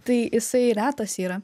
tai jisai retas yra